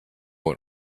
what